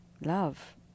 love